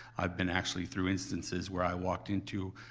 i've been actually through instances where i walked into